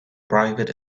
private